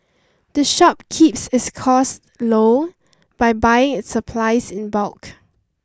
the shop keeps its costs low by buying its supplies in bulk